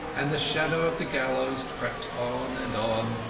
and the shadow of the gallows crept on and on,